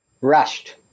Rushed